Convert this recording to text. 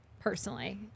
personally